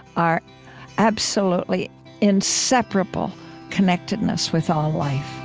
our absolutely inseparable connectedness with all life